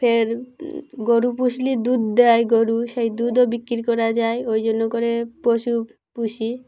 ফের গরু পুষলে দুধ দেয় গরু সেই দুধও বিক্রি করা যায় ওই জন্য করে পশু পুষি